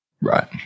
Right